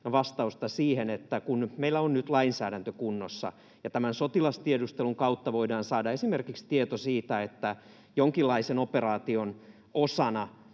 vastausta, että kun meillä on nyt lainsäädäntö kunnossa ja tämän sotilastiedustelun kautta voidaan saada esimerkiksi tieto siitä, että jonkinlaisen operaation osana